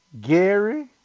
Gary